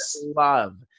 love